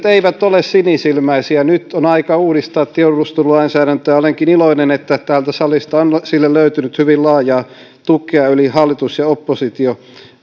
eivät ole sinisilmäisiä nyt on aika uudistaa tiedustelulainsäädäntöä ja olenkin iloinen että täältä salista on sille löytynyt hyvin laajaa tukea yli hallitus oppositio